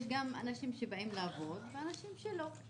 יש אנשים שבאים לעבוד ואנשים שלא.